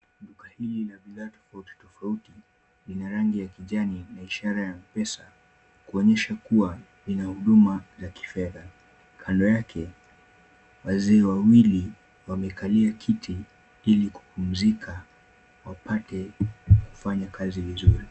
Duka hili la bidhaa tofautitofauti lina rangi ya kijani na ishara ya pesa kuonyesha kuwa ina huduma za kifedha. Kando yake, wazee wawili wamekaoia kiti ili kupumzika wapate kufanya kazi vizuri.